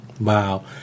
Wow